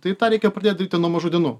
tai tą reikia pradėt daryti nuo mažų dienų